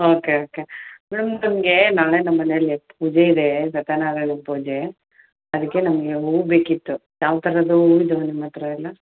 okay okay madam ನಮಗೆ ನಾಳೆ ನಮ್ಮ ಮನೇಲಿ ಪೂಜೆಯಿದೆ ಸತ್ಯನಾರಾಯಣ ಪೂಜೆ ಅದಕ್ಕೆ ನಮಗೆ ಹೂ ಬೇಕಿತ್ತು ಯಾವ ಥರದ ಹೂವು ಇದ್ದಾವೆ ನಿಮ್ಮ ಹತ್ರ ಎಲ್ಲ